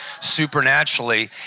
supernaturally